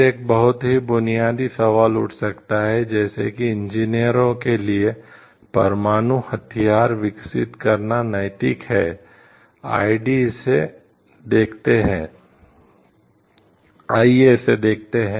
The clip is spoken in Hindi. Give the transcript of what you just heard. फिर एक बहुत ही बुनियादी सवाल उठ सकता है जैसे कि इंजीनियरों के लिए परमाणु हथियार विकसित करना नैतिक है आइए इसे देखते हैं